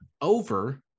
over